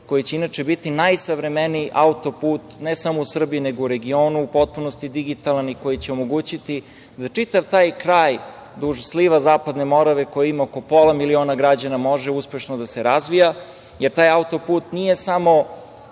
koji će biti najsavremeniji autoput, ne samo u Srbiji, nego i u regionu. U potpunosti je digitalan i omogućiće za čitav taj kraj, duž sliva Zapadne Morave, koji ima oko pola miliona građana, da se razvija, jer taj autoput nije samo